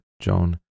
Joan